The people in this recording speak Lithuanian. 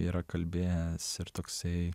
yra kalbėjęs ir toksai